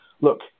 look